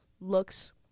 looks